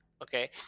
Okay